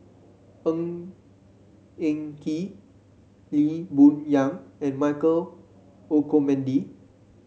Ng Eng Kee Lee Boon Yang and Michael Olcomendy